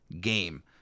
game